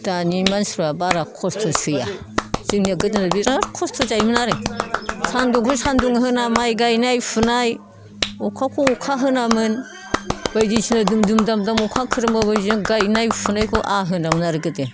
दानि मानसिफ्रा बारा खस्थ' सैया जोंनिया गोदोनिया बिराद खस्थ' जायोमोन आरो सान्दुंखो सान्दुं होना माइ गायनाय फुनाय अखाखौ अखा होनामोन बायदिसिना दुम दुम दाम दाम अखा खोरोमबाबो जों गायनाय फुनायखौ आह होनामोन आरो गोदो